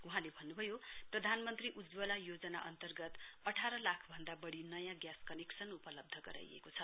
वहाँले भन्न्भयो प्रधानमन्त्री उज्जवला योजना अन्तर्गत अठार लाखभन्दा वढ़ी नयाँ ग्यास कनेक्शन उपलब्ध गराइएको छ